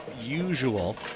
usual